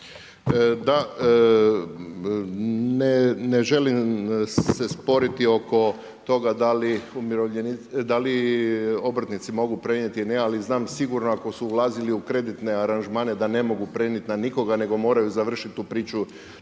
Da, ne želim se sporiti oko toga da li obrtnici mogu prenijeti ili ne, ali znam sigurno sako su ulazili u kreditne aranžmane da ne mogu prenijeti na nikoga nego moraju završiti tu priči